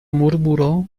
murmuró